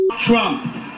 Trump